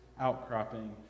outcropping